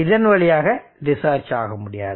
இதன் வழியாக டிஸ்சார்ஜ் ஆக முடியாது